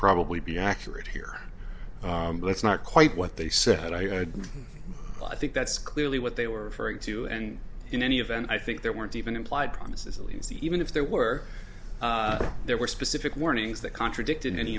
probably be accurate here but it's not quite what they said i had but i think that's clearly what they were referring to and in any event i think there weren't even implied promises a lease even if there were there were specific warnings that contradicted any